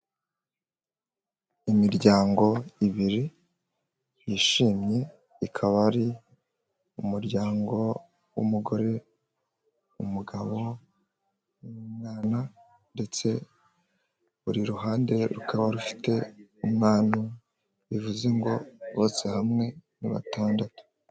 Imiryango ibiri yishimye ikaba ari umuryango w'umugore, umugabo n'umwana ndetse buri ruhande rukaba rufite umwana bivuze ngo bose hamwe ni batandatu.